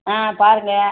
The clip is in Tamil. ஆ பாருங்கள்